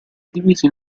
diviso